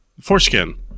Foreskin